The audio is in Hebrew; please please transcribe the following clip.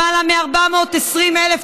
למעלה מ-420,000 תושבים,